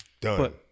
Done